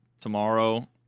tomorrow